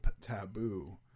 taboo